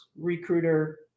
recruiter